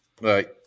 Right